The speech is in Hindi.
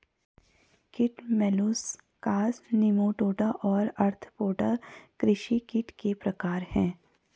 कीट मौलुसकास निमेटोड और आर्थ्रोपोडा कृषि कीट के प्रकार हैं